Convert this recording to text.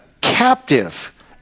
captive